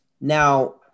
Now